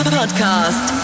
podcast